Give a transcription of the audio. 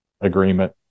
Agreement